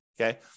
okay